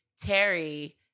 Terry